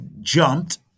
jumped